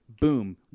boom